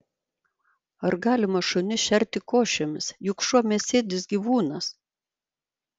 ar galima šunis šerti košėmis juk šuo mėsėdis gyvūnas